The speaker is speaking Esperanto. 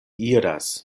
iras